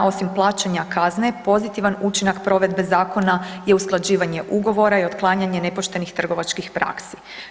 Osim plaćanja kazne, pozitivan učinak provedbe zakona je usklađivanje ugovora i otklanjanje nepoštenih trgovačkih praksi.